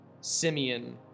Simeon